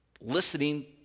listening